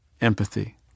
empathy